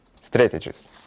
strategies